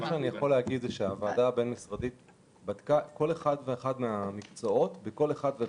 אני יכול להגיד שהוועדה בדקה כל אחד מהמקצועות והגופים.